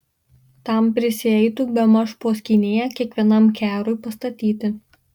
tam prisieitų bemaž po skynėją kiekvienam kerui pastatyti